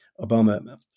Obama